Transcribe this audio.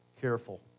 careful